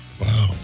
Wow